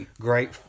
great